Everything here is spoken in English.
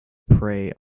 prey